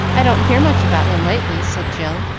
i don't hear much about him lately, said jill,